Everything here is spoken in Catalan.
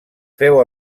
feu